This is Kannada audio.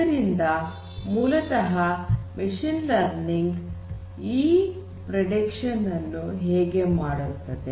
ಆದ್ದರಿಂದ ಮೂಲತಃ ಮಷೀನ್ ಲರ್ನಿಂಗ್ ಈ ಪ್ರೆಡಿಕ್ಷನ್ ಅನ್ನು ಹೇಗೆ ಮಾಡುತ್ತದೆ